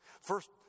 First